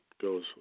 goes